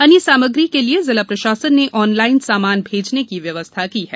अन्य सामग्री के लिए जिला प्रशासन ने ऑनलाईन सामान भेजने की व्यवस्था की है